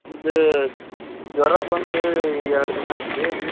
ಇದು ಜ್ವರ ಬಂದು ಈಗ ಎರಡು ದಿನ ಆಯ್ತ್ ರೀ